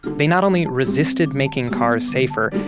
they not only resisted making cars safer,